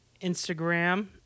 Instagram